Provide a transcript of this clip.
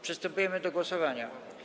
Przystępujemy do głosowania.